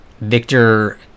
Victor